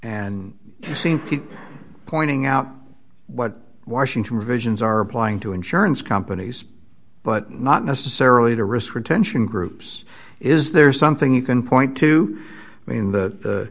keep pointing out what washington provisions are applying to insurance companies but not necessarily to risk retention groups is there something you can point to me in the